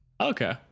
Okay